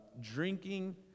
drinking